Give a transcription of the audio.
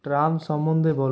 Trump সম্বন্ধে বল